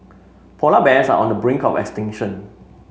polar bears are on the brink of extinction